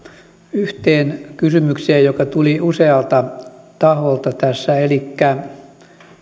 yhteen kysymykseen joka tuli usealta taholta tässä